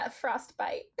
frostbite